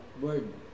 word